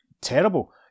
Terrible